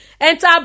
enter